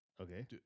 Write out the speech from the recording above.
okay